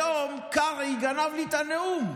היום חבר הכנסת קרעי גנב לי את הנאום.